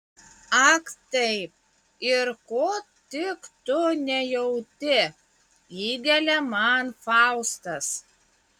ak taip ir ko tik tu nejauti įgelia man faustas